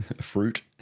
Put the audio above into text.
fruit